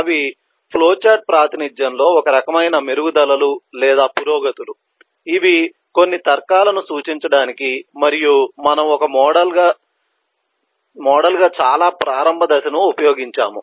అవి ఫ్లోచార్ట్ ప్రాతినిధ్యంలో ఒక రకమైన మెరుగుదలలు లేదా పురోగతులు ఇవి కొన్ని తర్కాలను సూచించడానికి మరియు మనము ఒక మోడల్గా చాలా ప్రారంభ దశను ఉపయోగించాము